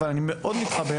אני מתחבר